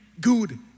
good